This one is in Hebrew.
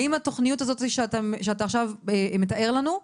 האם התוכנית שאתה עכשיו מתאר לנו,